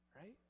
right